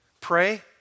Pray